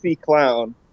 clown